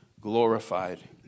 glorified